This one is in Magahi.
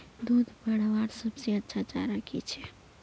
दूध बढ़वार सबसे अच्छा चारा की छे?